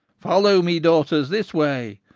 follow me, daughters, this way.